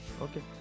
okay